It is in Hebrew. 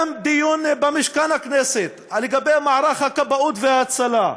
דיון במשכן הכנסת על מערך הכבאות וההצלה,